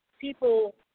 people